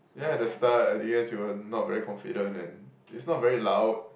yeah at the start I guess you were not very confident and it's not very loud